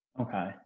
Okay